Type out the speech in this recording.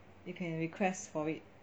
you can request for it